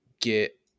get